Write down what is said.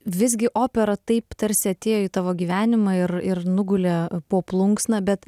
visgi opera taip tarsi atėjo į tavo gyvenimą ir ir nugulė po plunksna bet